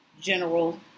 general